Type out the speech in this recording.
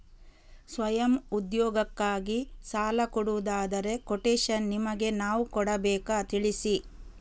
ಸ್ವಯಂ ಉದ್ಯೋಗಕ್ಕಾಗಿ ಸಾಲ ಕೊಡುವುದಾದರೆ ಕೊಟೇಶನ್ ನಿಮಗೆ ನಾವು ಕೊಡಬೇಕಾ ತಿಳಿಸಿ?